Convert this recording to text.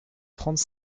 trente